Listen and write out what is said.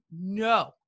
No